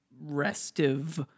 restive